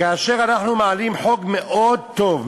כאשר אנחנו מעלים חוק מאוד טוב,